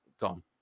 gone